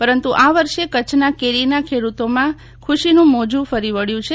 પરંતુ આ વર્ષે કચ્છમાં કેરીના ખેડુતોમાં ખુશીનું મોજુ કરી વળ્યું છે